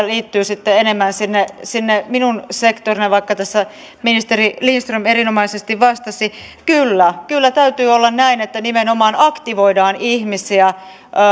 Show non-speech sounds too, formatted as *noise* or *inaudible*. *unintelligible* liittyy sitten enemmän sinne sinne minun sektorilleni vaikka tässä ministeri lindström erinomaisesti vastasi kyllä kyllä täytyy olla näin että nimenomaan aktivoidaan ihmisiä